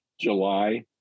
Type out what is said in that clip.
July